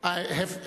I have,